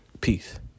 peace